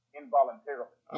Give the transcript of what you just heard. involuntarily